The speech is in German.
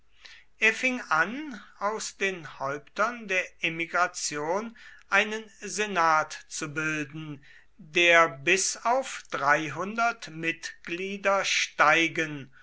er fing an aus den häuptern der emigration einen senat zu bilden der bis auf dreihundert mitglieder steigen